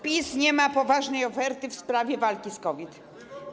PiS nie ma poważnej oferty w sprawie walki z COVID.